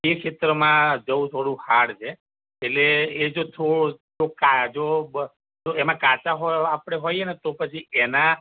જે ક્ષેત્રમાં જવું થોડું હાર્ડ છે એટલે એ જો છોડ થોડો કાચો એમાં કાચા હો આપણે હોઈએને તો પછી એના